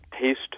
taste